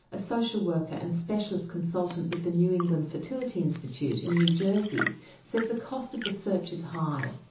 a social worker and specialist consultant with the new england fertility institute in new jersey says the cost of the search is high,